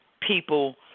people